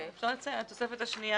מרשות המים,